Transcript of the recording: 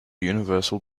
universal